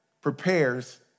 prepares